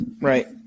Right